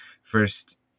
first